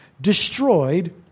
destroyed